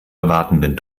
erwartenden